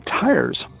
tires